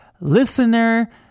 listener